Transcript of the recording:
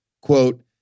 quote